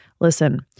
Listen